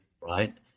right